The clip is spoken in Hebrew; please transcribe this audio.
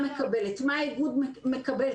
דרך אגב,